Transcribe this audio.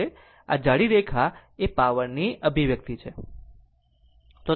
આ જાડી રેખા એ પાવરની અભિવ્યક્તિ છે